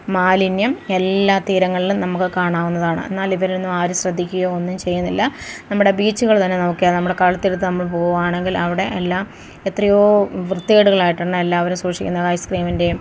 മാലിന്യം എല്ലാ തീരങ്ങളിലും നമുക്ക് കാണാവുന്നതാണ് എന്നാലിതിലൊന്നും ആരും ശ്രദ്ധിക്കുകയൊ ഒന്നും ചെയ്യുന്നില്ല നമ്മുടെ ബീച്ചുകൾ തന്നെ നോക്കിയാൽ നമ്മുടെ കടൽതീരത്ത് നമ്മൾ പോവുകയാണെങ്കിൽ അവടെ എല്ലാം എത്രയോ വൃത്തികേടുകളായിട്ടുള്ള എല്ലാവരും സൂക്ഷിക്കുന്നത് ഐസ്ക്രീമിൻറ്റെം